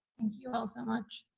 thank you all so much.